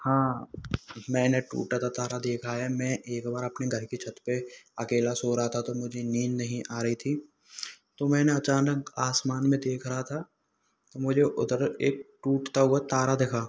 हाँ मैंने टूटता तारा देखा है मैं एक बार अपने घर की छत पर अकेला सो रहा था तो मुझे नींद नहीं आ रहइ थी तो मैं ना अचानक आसमान में देख रहा था तो मुझे उधर एक टूटता हुआ तारा दिखा